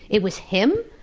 it was him,